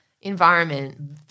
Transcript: environment